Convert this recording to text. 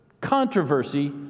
controversy